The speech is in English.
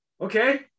okay